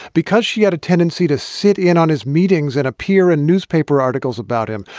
because she had a tendency to sit in on his meetings and appear in newspaper articles about him,